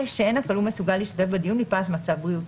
שאין הכלוא מסוגל להשתתף בדיון מפאת מצב בריאותו.